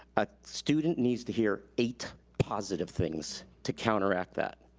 a student needs to hear eight positive things to counteract that.